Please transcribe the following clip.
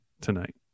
Tonight